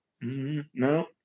No